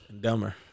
Dumber